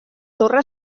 torre